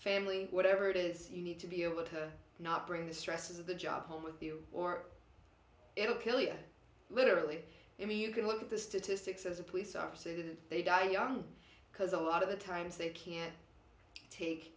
family whatever it is you need to be able to not bring the stresses of the job home with you or it will kill you literally i mean you can look at the statistics as a police officer and they die young because a lot of the times they can't take